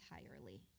entirely